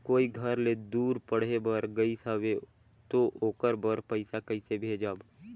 कोई घर ले दूर पढ़े बर गाईस हवे तो ओकर बर पइसा कइसे भेजब?